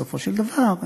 בסופו של דבר.